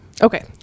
okay